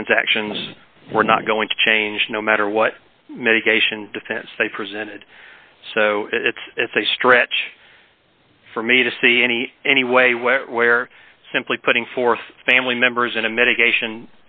transactions were not going to change no matter what medication defense they presented so it's it's a stretch for me to see any anyway where where simply putting forth family members in a mitigation